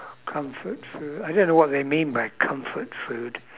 comfort food I don't know what they mean by comfort food